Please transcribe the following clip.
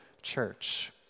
Church